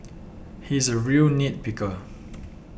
he is a real nit picker